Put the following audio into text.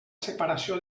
separació